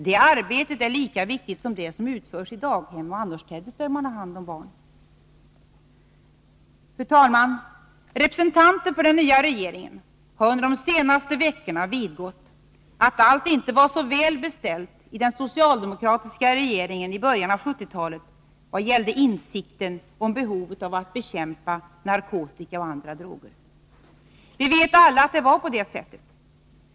Det arbetet är ju lika viktigt som det som utförs i daghem och annorstädes där man har hand om barn. Fru talman! Representanter för den nya regeringen har under de senaste veckorna vidgått att allt inte var så väl beställt i den socialdemokratiska regeringen i början av 1970-talet vad gällde insikten om behovet av att bekämpa narkotika och andra droger. Vi vet alla att det var på det sättet.